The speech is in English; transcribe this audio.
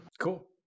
Cool